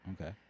Okay